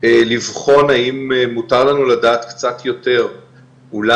לבחון האם מותר לנו לדעת קצת יותר אולי